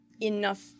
enough